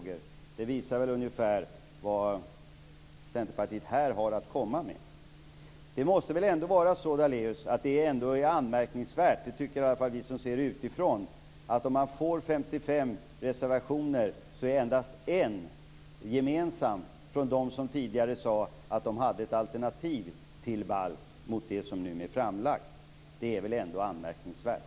Det visar väl ungefär vad Centerpartiet här har att komma med. Det är väl ändå anmärkningsvärt, Daléus - det tycker i alla fall vi som ser det utifrån - att av 55 reservationer är endast en gemensam från dem som tidigare sade att de hade ett alternativ till den balk som nu är framlagd. Det är väl ändå anmärkningsvärt.